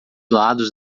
lados